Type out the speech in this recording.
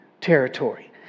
territory